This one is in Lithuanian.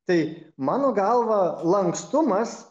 tai mano galva lankstumas